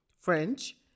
French